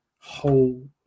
whole